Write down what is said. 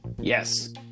yes